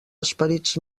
esperits